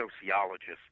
sociologists